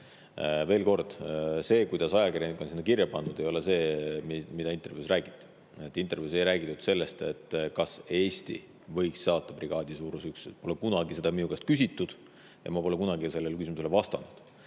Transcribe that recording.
Veel kord, see, kuidas ajakirjanikud on selle sinna kirja pandud, ei ole see, mida intervjuus räägiti. Intervjuus ei räägitud sellest, kas Eesti võiks saata brigaadisuuruse üksuse. Pole kunagi seda minu käest küsitud ja ma pole kunagi sellele küsimusele vastanud.